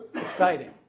exciting